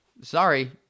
Sorry